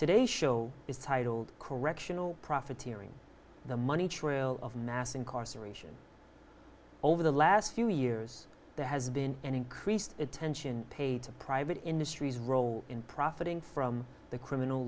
today show is titled correctional profiteering the money trail of mass incarceration over the last few years there has been an increased attention paid to private industries role in profiting from the criminal